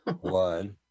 one